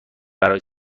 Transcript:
برای